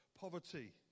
poverty